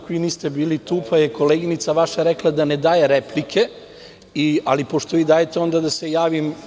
Vi tada niste bili tu, pa je vaša koleginica rekla da ne daje replike, ali pošto vi dajete, onda da se javim.